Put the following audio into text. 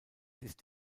ist